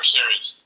series